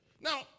Now